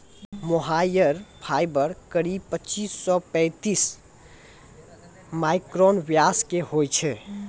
मोहायिर fibre करीब पच्चीस सॅ पैतालिस माइक्रोन व्यास के होय छै